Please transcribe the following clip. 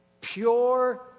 Pure